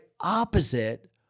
opposite